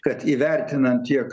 kad įvertinant tiek